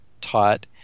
taught